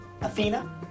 Athena